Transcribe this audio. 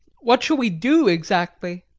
what shall we do exactly?